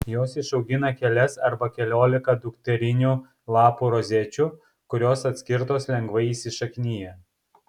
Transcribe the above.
jos išaugina kelias arba keliolika dukterinių lapų rozečių kurios atskirtos lengvai įsišaknija